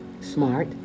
smart